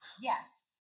yes